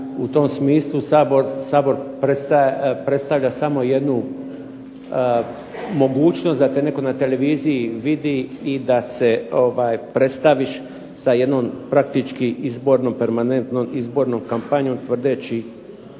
u tom smislu Sabor predstavlja samo jednu mogućnost da te netko na televiziji vidi i da se predstaviš sa jednom praktički izbornom, permanentnom izbornom kampanjom tvrdeći